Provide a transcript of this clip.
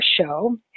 show